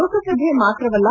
ಲೋಕಸಭೆ ಮಾತ್ರವಲ್ಲ